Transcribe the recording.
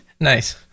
Nice